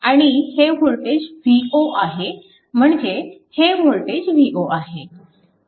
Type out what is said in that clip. आणि हे voltage V0 आहे म्हणजे हे वोल्टेज V0 आहे